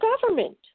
government